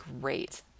great